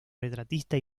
retratista